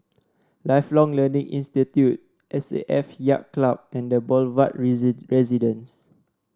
Lifelong Learning Institute S A F Yacht Club and The Boulevard Residence